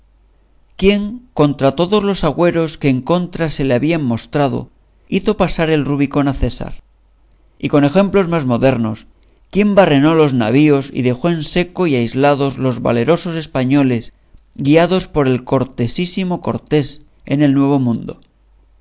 quién contra todos los agüeros que en contra se le habían mostrado hizo pasar el rubicón a césar y con ejemplos más modernos quién barrenó los navíos y dejó en seco y aislados los valerosos españoles guiados por el cortesísimo cortés en el nuevo mundo